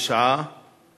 התשע"ב 2012,